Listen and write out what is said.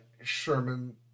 Sherman